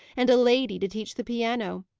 and a lady to teach the piano.